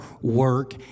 work